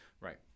Right